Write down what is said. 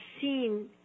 seen